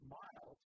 mild